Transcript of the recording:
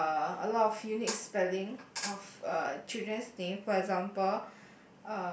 uh a lot of unique spelling of a children's name for example